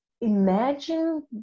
imagine